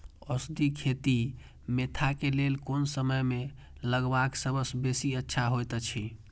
औषधि खेती मेंथा के लेल कोन समय में लगवाक सबसँ बेसी अच्छा होयत अछि?